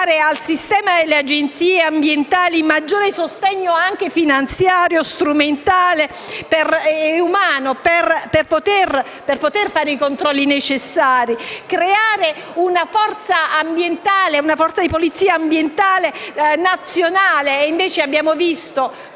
dare al sistema delle agenzie ambientali un maggior sostegno finanziario, strumentale e umano per poter fare i controlli necessari. Bisogna creare una forza di polizia ambientale nazionale, (abbiamo visto